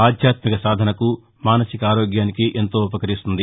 ఆధ్యాత్మిక సాధనకు మానసిక ఆరోగ్యానికి ఎంతో ఉపకరిస్తుంది